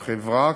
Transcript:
החברה,